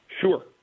Sure